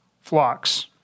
flocks